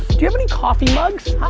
do you have any coffee mugs, hi.